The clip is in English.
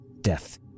death